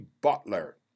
Butler